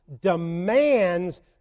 demands